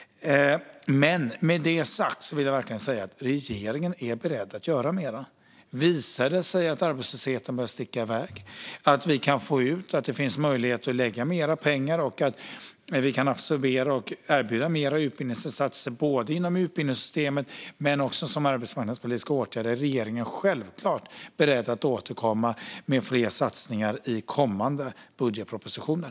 Med detta sagt vill jag verkligen säga att regeringen är beredd att göra mer. Visar det sig att arbetslösheten börjar att sticka iväg, att det finns möjlighet att lägga mer pengar och att det går att absorbera och att erbjuda fler utbildningsinsatser, både inom utbildningssystemet och som arbetsmarknadspolitiska åtgärder, är regeringen självklart beredd att återkomma med fler satsningar i kommande budgetpropositioner.